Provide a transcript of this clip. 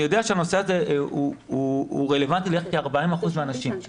אני יודע שהנושא הזה הוא רלוונטי ל-40 אחוזים מהנשים.